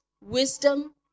wisdom